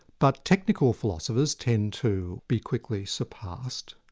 but technical philosophers tend to be quickly surpassed.